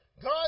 God